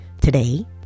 Today